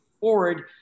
forward